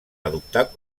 adoptar